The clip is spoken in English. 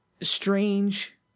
strange